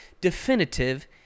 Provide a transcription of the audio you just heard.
definitive